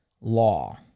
law